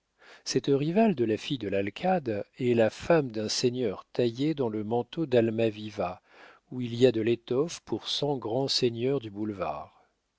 cette rivale de la fille de l'alcade est la femme d'un seigneur taillé dans le manteau d'almaviva où il y a de l'étoffe pour cent grands seigneurs du boulevard